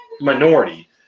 minority